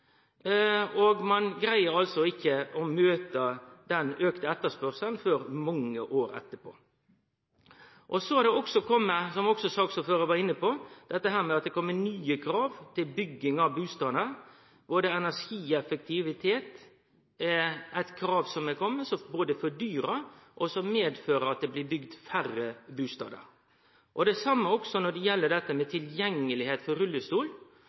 og ein greier ikkje å møte den auka etterspurnaden før etter mange år. Som saksordføraren var inne på, er det også kome nye krav til bygging av bustadene, f.eks. energieffektivitet – eit krav som har kome, og som både fordyrar og medfører at det blir bygd færre bustader. Det same gjeld også tilgjengelegheit for rullestol – uansett storleik på bustaden. Det